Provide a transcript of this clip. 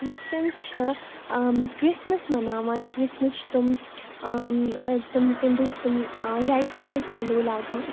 Christians چھِ Christmas مَناوان Christmas چھِ تِم تِم تَمہِ دۄہ چھِ تِم ریٚڈ کَلرٕکۍ پَلو لاگان